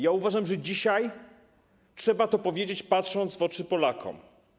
Ja uważam, że dzisiaj trzeba to powiedzieć, patrząc w oczy Polakom.